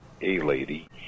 A-lady